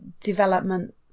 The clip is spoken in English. development